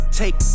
take